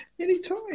Anytime